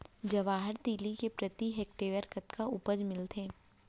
जवाहर तिलि के प्रति हेक्टेयर कतना उपज मिलथे?